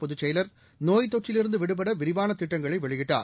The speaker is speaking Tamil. பொதுச் செயலர் நோய்த்தொற்றிலிருந்துவிடுபடவிரிவானதிட்டங்களைவெளியிட்டார்